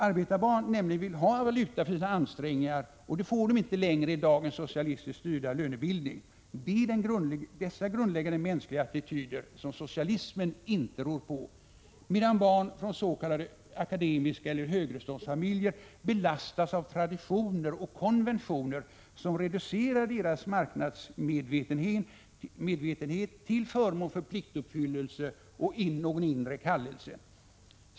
Arbetarbarn vill nämligen ha valuta för sina ansträngningar, och det får de inte längre i dagens socialistiskt styrda lönebildning. Det är dessa grundläggande attityder som socialismen inte rår på. Barn från s.k. akademikerfamiljer eller högreståndsfamiljer belastas av traditioner och konventioner, som reducerar deras marknadsmedvetenhet till förmån för pliktuppfyllelse eller någon inre kallelse.